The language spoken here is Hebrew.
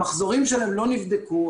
המחזורים שלהם לא נבדקו,